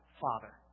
Father